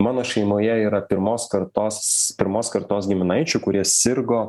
mano šeimoje yra pirmos kartos pirmos kartos giminaičių kurie sirgo